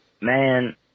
man